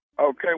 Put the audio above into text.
Okay